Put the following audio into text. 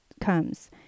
comes